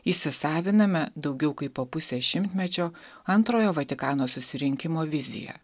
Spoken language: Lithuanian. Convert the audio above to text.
įsisaviname daugiau kaip po pusės šimtmečio antrojo vatikano susirinkimo viziją